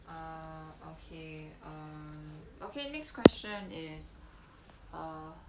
err okay um okay next question is err